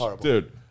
dude